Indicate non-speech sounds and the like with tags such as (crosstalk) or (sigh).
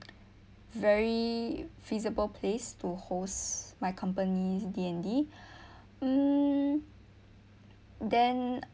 very feasible place to host my companies D and D (breath) mm then